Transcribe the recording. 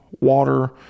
Water